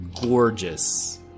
gorgeous